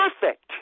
perfect